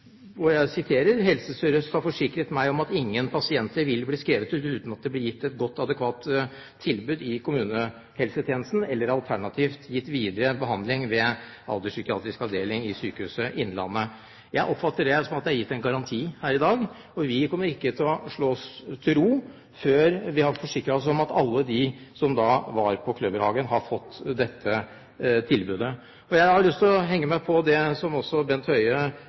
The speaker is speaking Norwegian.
Helse Sør-Øst har forsikret om at ingen pasienter «vil bli skrevet ut uten et adekvat tilbud i kommunehelsetjenesten» eller «alternativt gitt videre behandling ved Alderspsykiatrisk avdeling i Sykehuset Innlandet» som en garanti her i dag, og vi kommer ikke til å slå oss til ro før vi har forsikret oss om at alle de som var på Kløverhagen, har fått dette tilbudet. Jeg har lyst til å henge meg på det som også representanten Høie